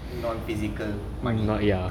non-physical money